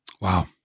Wow